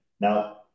now